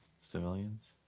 civilians